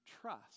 trust